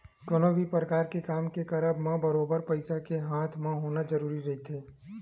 कोनो भी परकार के काम के करब म बरोबर पइसा के हाथ म होना जरुरी रहिथे